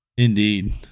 Indeed